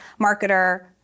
marketer